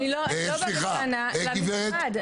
אני לא באה בטענה למשרד,